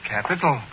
Capital